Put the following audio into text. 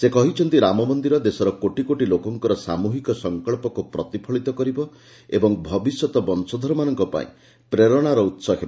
ସେ କହିଛନ୍ତି ରାମ ମନ୍ଦିର ଦେଶର କୋଟି କୋଟି ଲୋକଙ୍କର ସାମ୍ବହିକ ସଙ୍କଚ୍ଚକୁ ପ୍ରତିଫଳିତ କରିବ ଓ ଭବିଷ୍ୟତ ବଂଶଧରମାନଙ୍କ ପାଇଁ ପ୍ରେରଣାର ଉତ୍ସ ହେବ